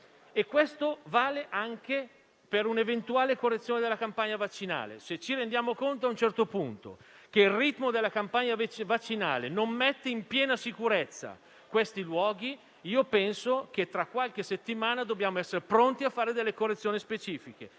Ciò vale anche per un'eventuale correzione della campagna vaccinale. Se a un certo punto ci rendiamo conto che il ritmo della campagna vaccinale non mette in piena sicurezza questi luoghi, penso che tra qualche settimana dobbiamo essere pronti a fare delle correzioni specifiche,